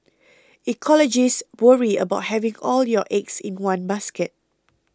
ecologists worry about having all your eggs in one basket